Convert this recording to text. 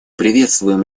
приветствуем